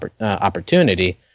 opportunity